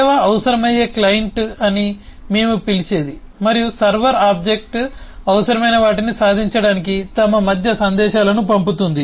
సేవ అవసరమయ్యే క్లయింట్ అని మేము పిలిచేది మరియు సర్వర్ ఆబ్జెక్ట్ అవసరమైన వాటిని సాధించడానికి తమ మధ్య సందేశాలను పంపుతుంది